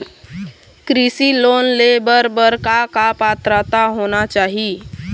कृषि लोन ले बर बर का का पात्रता होना चाही?